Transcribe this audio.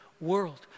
World